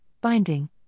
binding